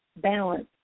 balance